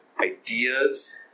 ideas